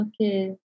Okay